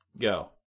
go